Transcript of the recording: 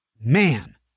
Man